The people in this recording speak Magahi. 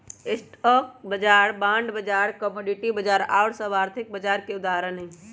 स्टॉक बाजार, बॉण्ड बाजार, कमोडिटी बाजार आउर सभ आर्थिक बाजार के उदाहरण हइ